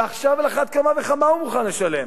ועכשיו על אחת כמה וכמה הוא מוכן לשלם.